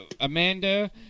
Amanda